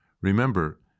Remember